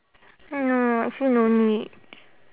no actually no need